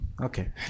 okay